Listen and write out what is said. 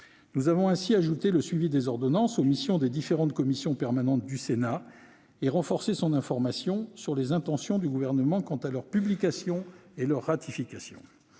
Nous avons ainsi ajouté le suivi des ordonnances aux missions des différentes commissions permanentes du Sénat et renforcé leur information sur les intentions du Gouvernement quant à leur publication et leur ratification.